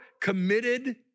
committed